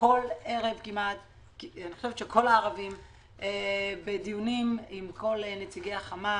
כל ערב בדיונים עם כל נציגי החמ"ל.